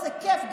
איזה כיף,